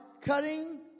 cutting